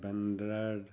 ਬੰਡਰਡ